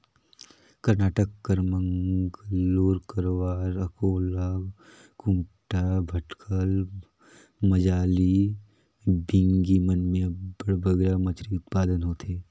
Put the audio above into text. करनाटक कर मंगलोर, करवार, अकोला, कुमटा, भटकल, मजाली, बिंगी मन में अब्बड़ बगरा मछरी उत्पादन होथे